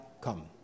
come